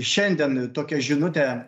šiandien tokią žinutę